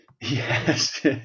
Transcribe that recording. yes